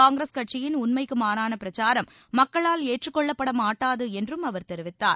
காங்கிரஸ் கட்சியின் உண்மைக்கு மாறான பிரச்சாரம் மக்களால் ஏற்றுக்கொள்ளப்பட மாட்டாது என்றும் அவர் தெரிவித்தார்